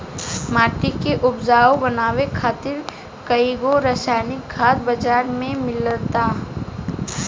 माटी के उपजाऊ बनावे खातिर कईगो रासायनिक खाद बाजार में मिलता